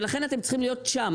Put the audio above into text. ולכן אתם צריכים להיות שם.